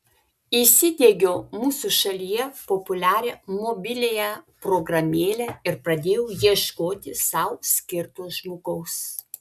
įsidiegiau mūsų šalyje populiarią mobiliąją programėlę ir pradėjau ieškoti sau skirto žmogaus